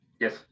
Yes